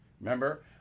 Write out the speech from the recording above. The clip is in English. Remember